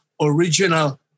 original